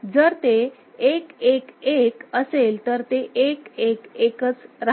जर ते 1 1 1 असेल तर ते 1 1 1 च राहते